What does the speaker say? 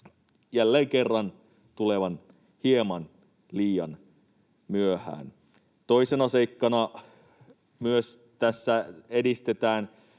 jälleen kerran tulevan hieman liian myöhään. Toisena seikkana myös tässä edistetään